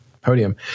podium